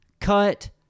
cut